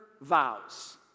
vows